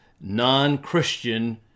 non-Christian